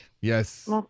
Yes